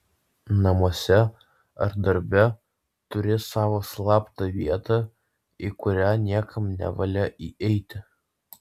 namuose ar darbe turi savo slaptą vietą į kurią niekam nevalia įeiti